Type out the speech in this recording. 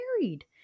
married